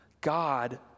God